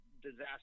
disaster